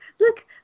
look